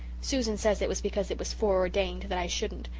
susan says it was because it was fore-ordained that i shouldn't,